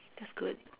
that's good